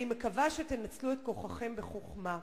אני מקווה שתנצלו את כוחכם בחוכמה.